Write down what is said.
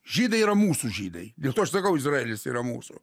žydai yra mūsų žydai dėl to aš sakau izraelis yra mūsų